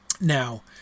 Now